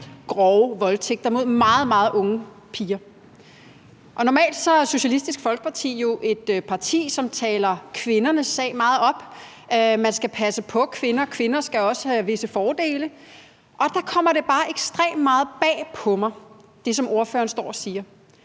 grove voldtægter mod nogle meget, meget unge piger. Normalt er Socialistisk Folkeparti jo et parti, som taler kvindernes sag meget op, at man skal passe på kvinder, at kvinder også skal have visse fordele, og der kommer det, som ordføreren står og siger,